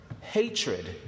hatred